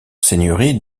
seigneurie